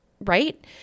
Right